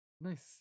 nice